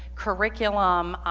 curriculum,